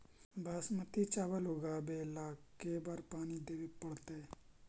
बासमती चावल उगावेला के बार पानी देवे पड़तै?